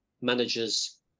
manager's